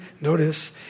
Notice